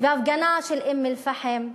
וההפגנה של אום-אלפחם,